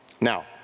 Now